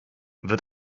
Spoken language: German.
wird